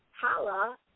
holla